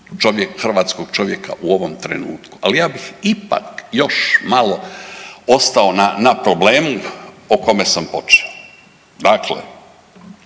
hrvatskog čovjeka u ovom trenutku. Ali ja bih ipak još malo ostao na problemu o kome sam počeo. Dakle,